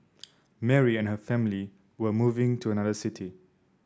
Mary and her family were moving to another city